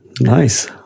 nice